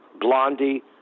Blondie